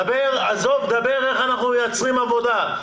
דבר איך אנחנו מייצרים עבודה.